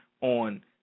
on